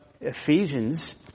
Ephesians